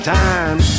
time